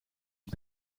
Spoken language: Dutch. het